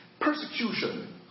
Persecution